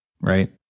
Right